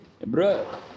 bro